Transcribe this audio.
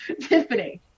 Tiffany